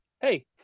hey